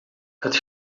het